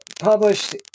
published